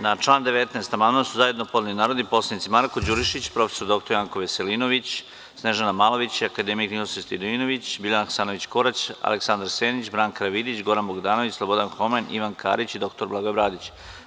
Na član 19. amandman su zajedno podneli narodni poslanici Marko Đurišić, prof. dr Janko Veselinović, Snežana Malović, akademik Ninoslav Stojadinović, Biljana Hasanović Korać, Aleksandar Senić, Branka Karavidić, Goran Bogdanović, Slobodan Homen, Ivan Karić i dr Blagoje Bradić.